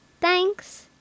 Thanks